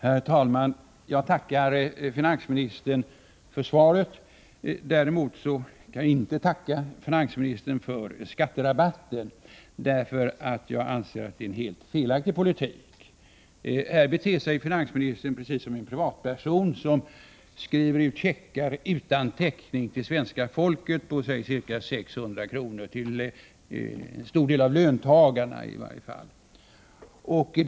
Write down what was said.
Herr talman! Jag tackar finansministern för svaret. Däremot kan jag inte tacka finansministern för skatterabatten, därför att jag anser att det är en helt felaktig politik. Här beter sig finansministern precis som en privatperson som skriver ut checkar utan täckning till svenska folket, i varje fall till en stor del av löntagarna, på säg ca 600 kr.